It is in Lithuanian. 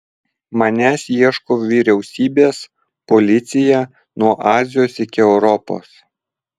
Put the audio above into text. manęs ieško vyriausybės policija nuo azijos iki europos